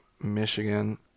Michigan